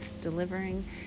delivering